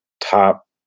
top